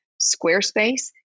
Squarespace